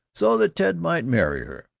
so that ted might marry her.